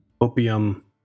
opium